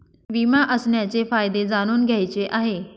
विमा असण्याचे फायदे जाणून घ्यायचे आहे